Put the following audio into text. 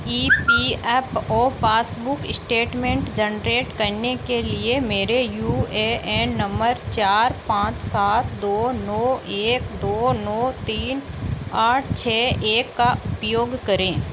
ई P F O passbook statement generate करने के लिए मेरे यू ए एन नम्बर चार पाँच सात दो नौ एक दो नौ तीन आठ छः एक का उपयोग करें